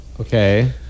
Okay